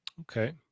okay